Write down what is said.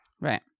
Right